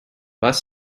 bus